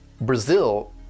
Brazil